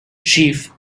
chief